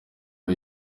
uko